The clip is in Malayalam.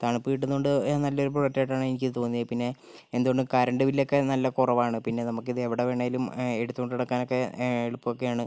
തണുപ്പ് കിട്ടുന്നതുകൊണ്ട് നല്ലൊരു പ്രൊഡക്റ്റായിട്ടാണ് എനിക്ക് തോന്നിയത് പിന്നെ എന്തു കൊണ്ടും കറണ്ട് ബില്ലൊക്കെ നല്ല കുറവാണ് പിന്നെ നമുക്ക് ഇതെവിടെ വേണേലും എടുത്തുകൊണ്ട് നടക്കാനൊക്കെ എളുപ്പമൊക്കെയാണ്